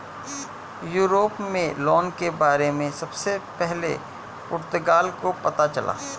Europe में loan के बारे में सबसे पहले पुर्तगाल को पता चला